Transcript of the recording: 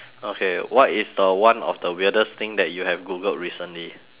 okay what is the one of the weirdest thing that you have googled recently